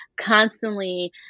constantly